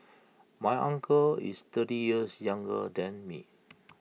my uncle is thirty years younger than me